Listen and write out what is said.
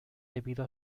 debido